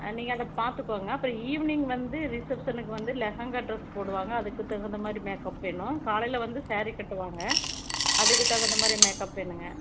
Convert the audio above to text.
நீங்கள் அதை பார்த்துக்கோங்க அப்புறம் ஈவினிங் வந்து ரிசெப்ஷனுக்கு வந்து லெஹெங்கா ட்ரஸ் போடுவாங்க அதுக்குத் தகுந்த மாதிரி மேக்கப் வேணும் காலையில் வந்து ஸேரீ கட்டுவாங்க அதுக்குத் தகுந்த மாதிரி மேக்கப் வேணுங்கள்